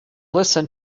listen